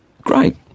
Great